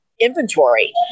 inventory